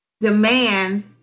demand